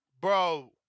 Bro